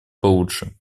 получше